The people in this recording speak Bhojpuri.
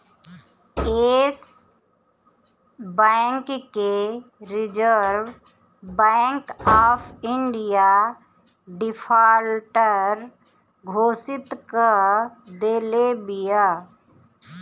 एश बैंक के Reserve Bank of India defaulter घोषित कअ देले बिया